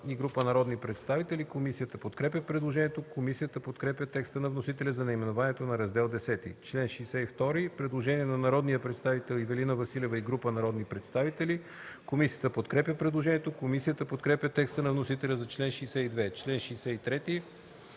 и група народни представители. Комисията подкрепя предложението. Комисията подкрепя текста на вносителя за наименованието на Раздел Х. Предложение на народния представител Ивелина Василева и група народни представители по чл. 62. Комисията подкрепя предложението. Комисията подкрепя текста на вносителя за чл. 62.